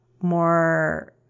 more